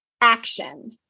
action